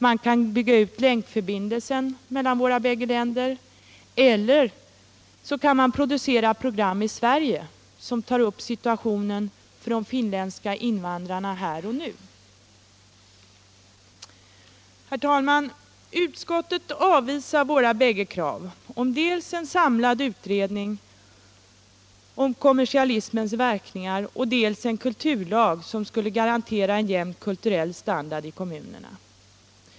Man kan bygga ut länkförbindelsen mellan våra bägge länder eller också kan man i Sverige producera program som tar upp situationen för de finländska invandrarna här och nu. Herr talman! Utskottet avvisar våra bägge krav, dels om en samlad utredning av kommersialismens verkningar, dels om en kulturlag som skulle garantera en jämn kulturell standard i kommunerna.